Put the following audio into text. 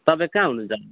तपाईँ कहाँ हुनुहुन्छ